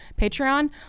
Patreon